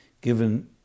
given